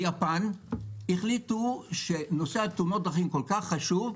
ביפן החליטו שנושא תאונות הדרכים כל כך חשוב,